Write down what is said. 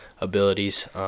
abilities